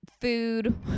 food